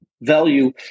value